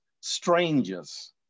strangers